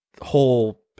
whole